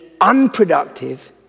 unproductive